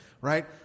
Right